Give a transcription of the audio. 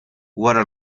wara